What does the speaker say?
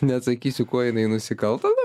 neatsakysiu kuo jinai nusikalto na